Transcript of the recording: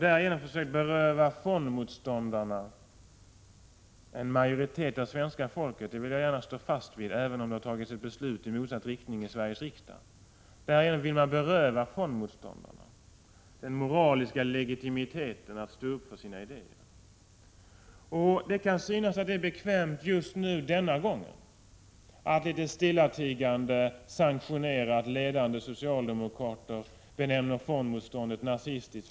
Därigenom har de försökt beröva fondmotståndarna — en majoritet av svenska folket, det vill jag gärna stå fast vid, även om det har fattats ett beslut i motsatt riktning i Sveriges riksdag — den moraliska legitimiteten att stå upp för sina idéer. Det kan synas bekvämt just nu denna gång att litet stillatigande sanktionera att ledande socialdemokrater benämner fondmotståndet nazis — Prot.